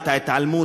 את ההתעלמות,